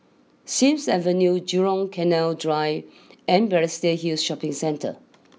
Sims Avenue Jurong Canal Drive and Balestier Hill Shopping Centre